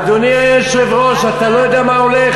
אדוני היושב-ראש, אתה לא יודע מה הולך.